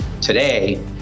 today